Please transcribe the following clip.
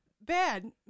bad